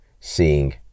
seeing